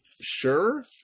sure